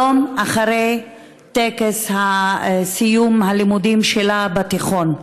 יום אחרי טקס סיום הלימודים שלה בתיכון.